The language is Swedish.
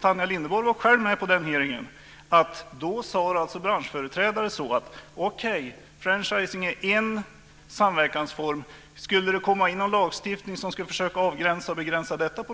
Tanja Linderborg var själv med på den hearing där vi hörde att branschföreträdare sade att franchising är en samverkansform, men om det kommer lagstiftning som försöker begränsa detta